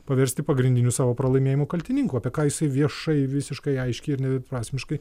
paversti pagrindiniu savo pralaimėjimo kaltininku apie ką jisai viešai visiškai aiškiai ir nedviprasmiškai